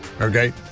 okay